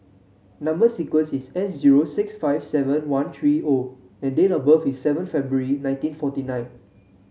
number sequence is S zero six five seven one three O and date of birth is seven February nineteen forty nine